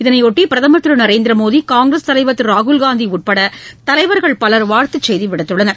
இதனைபொட்டி பிரதமர் திரு நரேந்திர மோடி காங்கிரஸ் தலைவர் திரு ராகுல்காந்தி உட்பட தலைவர்கள் பலர் வாழ்த்துச் செய்தி விடுத்துள்ளனர்